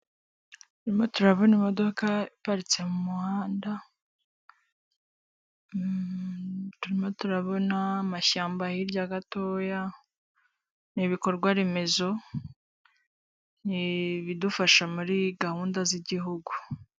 Turimo turabona imodoka iparitse mu muhanda, turimo turabona amashyamba hirya gatoya. Ni ibikorwaremezo, ni ibidufasha muri gahunda z'igihugu.